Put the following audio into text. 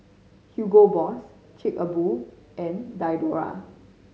Hugo Boss Chic a Boo and Diadora